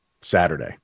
Saturday